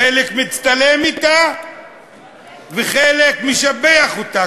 חלק מצטלם אתה וחלק משבח אותה,